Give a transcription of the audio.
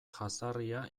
jazarria